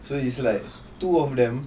so is like two of them